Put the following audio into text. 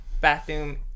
Bathroom